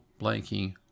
blanking